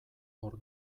hor